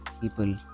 people